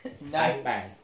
Nice